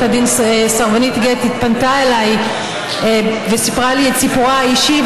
הדין סרבנית גט פנתה אליי וסיפרה לי את סיפורה האישי,